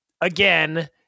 again